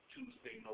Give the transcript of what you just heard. Tuesday